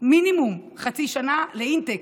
מינימום חצי שנה לאינטייק.